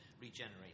regenerate